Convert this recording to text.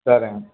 சரிங்க